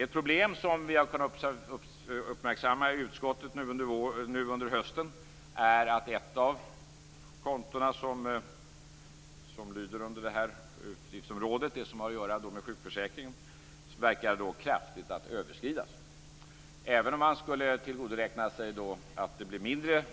Ett problem som vi har kunnat uppmärksamma i utskottet under hösten är att ett av kontona som lyder under detta utgiftsområde, som har att göra med sjukförsäkringen, verkar överskridas kraftigt. Även om man skulle tillgodoräkna sig att det blir mindre